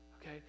okay